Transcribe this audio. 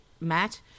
Matt